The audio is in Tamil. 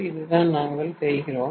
இதுதான் நாங்கள் செய்கிறேம்